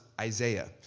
Isaiah